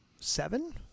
seven